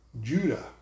Judah